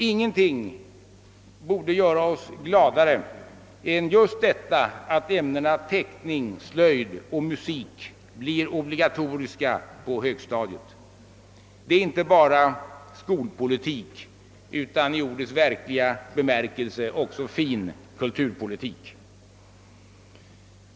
Ingenting borde göra oss gladare än just detta att ämnena teckning, slöjd och musik blir obligatoriska på högstadiet. Det är inte bara skolpolitik, utan i ordets verkliga bemärkelse också fin kulturpolitik.